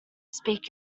speak